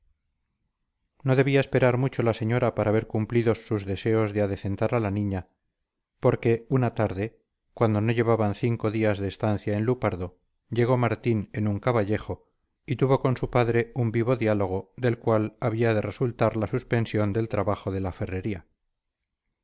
debía esperar mucho la señora para ver cumplidos sus deseos de adecentar a la niña porque una tarde cuando no llevaban cinco días de estancia en lupardo llegó martín en un caballejo y tuvo con su padre un vivo diálogo del cual había de resultar la suspensión del trabajo de la ferrería